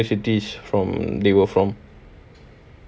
different universities from they were from